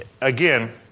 again